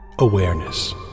Awareness